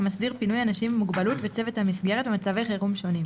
המסדיר פינוי אנשים עם מוגבלות וצוות המסגרת במצבי חירום שונים,